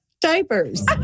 Diapers